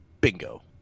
Bingo